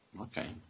Okay